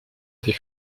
des